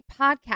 podcast